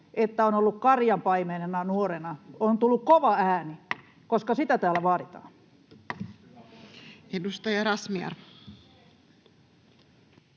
että on ollut karjapaimenena nuorena ja on tullut kova ääni, koska sitä täällä vaaditaan. Edustaja Razmyar.